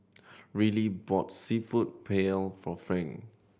Rillie bought Seafood Paella for Frank